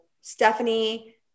Stephanie